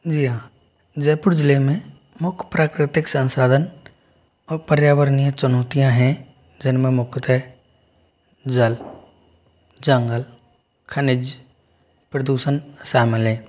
जी हाँ जयपुर ज़िले में मुख्य प्राकृतिक संसाधन और पर्यावरणीय चुनौतियाँ हैं जिनमें मुख्यतः जल जंगल खनिज प्रदूषण शामिल है